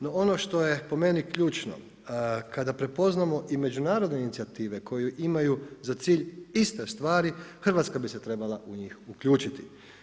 No ono što je po meni ključno kada prepoznamo i međunarodne inicijative koje imaju za cilj iste stvari Hrvatska bi se trebala u njih uključiti.